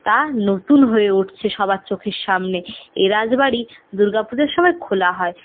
তা নতুন হয়ে উঠছে সবার চোখের সামনে এ রাজবাড়ি দুর্গা পুজোর সময় খোলা হয়